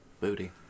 booty